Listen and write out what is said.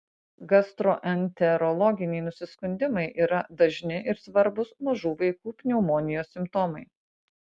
gastroenterologiniai nusiskundimai yra dažni ir svarbūs mažų vaikų pneumonijos simptomai